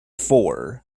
four